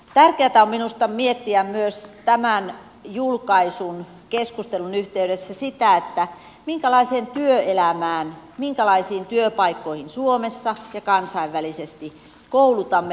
tärkeätä on minusta miettiä myös tämän julkaisun keskustelun yhteydessä sitä minkälaiseen työelämään minkälaisiin työpaikkoihin suomessa ja kansainvälisesti koulutamme lapsia ja nuoria